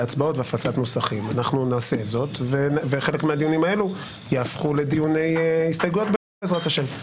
אנחנו נעשה זאת וחלק מהדיונים האלו יהפכו לדיוני הסתייגויות בעזרת השם.